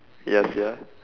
yes ya